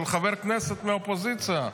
של חבר כנסת מהאופוזיציה,